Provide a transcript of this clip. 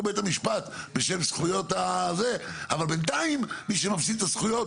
בבית המשפט בשם הזכויות אבל בינתיים מי שמפסיד את הזכויות,